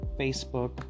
Facebook